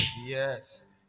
Yes